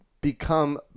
become